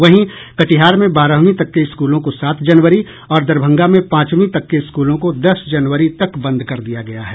वहीं कटिहार में बारहवीं तक के स्कूलों को सात जनवरी और दरभंगा में पांचवीं तक के स्कूलों को दस जनवरी तक बंद कर दिया गया है